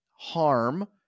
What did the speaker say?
harm